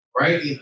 right